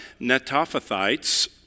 Netophathites